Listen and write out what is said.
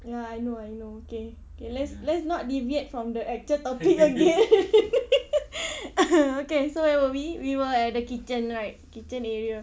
ya I know I know okay okay let's let's not deviate from the actual topic again okay so where were we we were at the kitchen right kitchen area